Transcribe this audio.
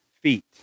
feet